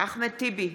אחמד טיבי,